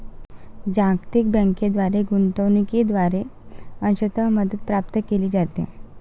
जागतिक बँकेद्वारे गुंतवणूकीद्वारे अंशतः मदत प्राप्त केली जाते